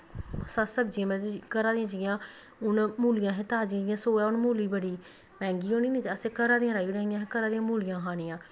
साढ़ी सब्जियां मतलब कि घरा दी जि'यां हून मूलियां हियां ताजियां जि'यां सोहे हून मूली बड़ी मैंह्गी होनी निं ते असें घरा दियां राई ओड़ियां न असें घरै दियां मूलियां खानियां